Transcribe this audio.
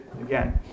again